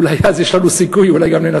אולי אז יש לנו סיכוי לנצח.